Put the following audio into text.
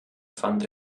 fand